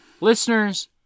Listeners